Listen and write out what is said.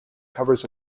covers